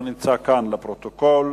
לא נמצא כאן, לפרוטוקול.